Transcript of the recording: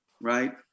right